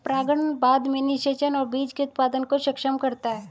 परागण बाद में निषेचन और बीज के उत्पादन को सक्षम करता है